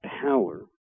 power